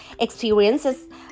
experiences